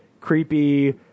creepy